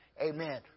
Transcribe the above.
amen